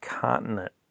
continent